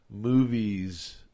movies